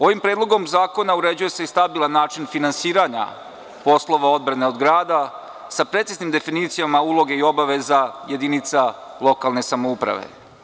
Ovim Predlogom zakona uređuje se i stabilan način finansiranja poslova odbrane od grada sa preciznim definicijama uloge i obaveza jedinica lokalne samouprave.